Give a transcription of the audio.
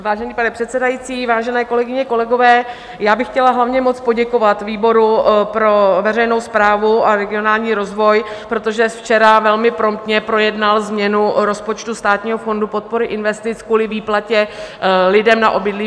Vážený pane předsedající, vážené kolegyně, kolegové, já bych chtěla hlavně moc poděkovat výboru pro veřejnou správu a regionální rozvoj, protože včera velmi promptně projednal změnu rozpočtu Státního fondu podpory investic kvůli výplatě lidem na obydlí postižená tornádem.